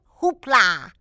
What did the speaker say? Hoopla